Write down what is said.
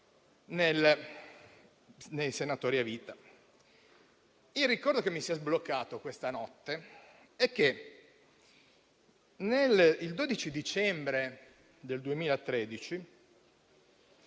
senatori a vita. Il ricordo che mi si è sbloccato questa notte è che l'11 dicembre 2013